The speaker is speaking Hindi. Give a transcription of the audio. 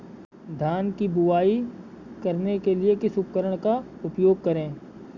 धान की बुवाई करने के लिए किस उपकरण का उपयोग करें?